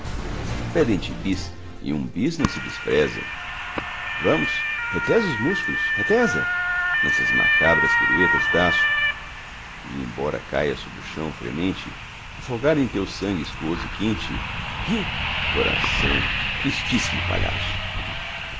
pedem te bis e um bis não se despreza vamos retesa os músculos retesa nessas macabras piruetas d'aço e embora caias sobre o chão fremente afogado em teu sangue estuoso e quente ri coração tristíssimo palhaço